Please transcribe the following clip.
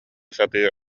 сатыы